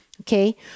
Okay